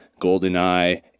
GoldenEye